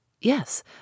Yes